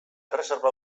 erreserba